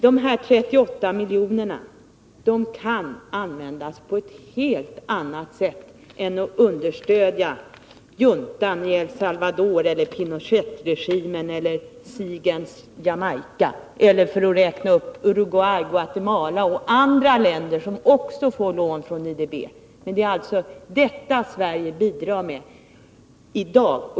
Dessa 38 miljoner kan användas på ett helt annat sätt än till att understödja juntan i El Salvador, eller Pinochettregimen, eller Seaga's Jamaica eller Uruguay, Guatemala och andra länder som också får lån från IDB. Det är alltså detta Sverige bidrar till i dag.